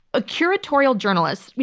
a curatorial journalist,